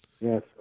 Yes